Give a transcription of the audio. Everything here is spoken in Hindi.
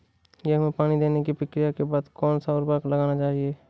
गेहूँ में पानी देने की प्रक्रिया के बाद कौन सा उर्वरक लगाना चाहिए?